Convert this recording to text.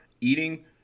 eating